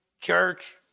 church